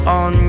on